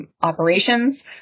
Operations